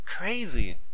Crazy